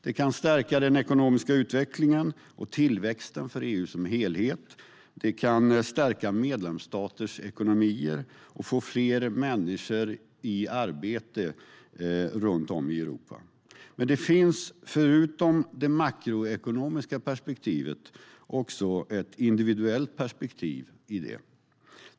Det kan stärka den ekonomiska utvecklingen och tillväxten för EU som helhet, stärka medlemsstaters ekonomier och få fler människor i arbete runt om i Europa. Men det finns förutom det makroekonomiska perspektivet också ett individuellt perspektiv i detta.